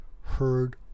heard